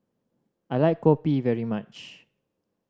I like kopi very much